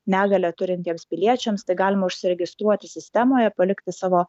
negalią turintiems piliečiams tai galima užsiregistruoti sistemoje palikti savo